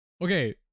Okay